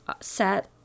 set